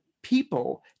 people